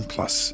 Plus